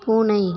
பூனை